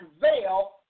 veil